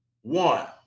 One